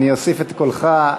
אני אוסיף את קולך.